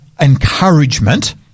encouragement